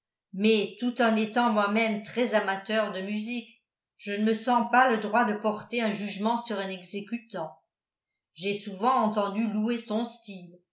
mais tout en étant moi-même très amateur de musique je ne me sens pas le droit de porter un jugement sur un exécutant j'ai souvent entendu louer son style